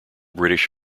british